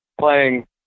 playing